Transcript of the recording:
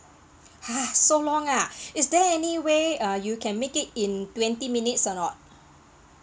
!huh! so long ah is there any way uh you can make it in twenty minutes or not